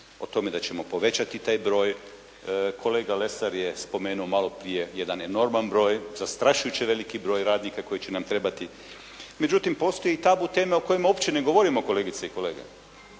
o tome da ćemo povećati taj broj. Kolega Lesar je spomenuo maloprije jedan enorman broj, zastrašujuće veliki broj radnika koji će nam trebati. Međutim, postoji i tabu teme o kojima uopće ne govorimo kolegice i kolege.